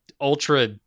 ultra